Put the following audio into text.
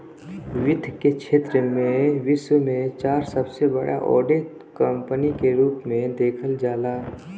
वित्त के क्षेत्र में विश्व में चार सबसे बड़ा ऑडिट कंपनी के रूप में देखल जाला